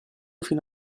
fino